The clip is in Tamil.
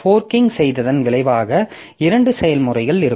ஃபோர்க்கிங் செய்ததன் விளைவாக இரண்டு செயல்முறைகள் இருக்கும்